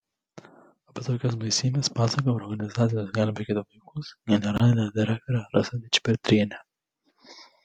apie tokias baisybes pasakoja organizacijos gelbėkit vaikus generalinė direktorė rasa dičpetrienė